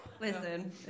Listen